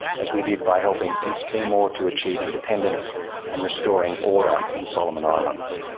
as we did by helping east timor to achieve independence and restoring order in solomon islands.